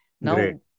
Now